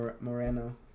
Moreno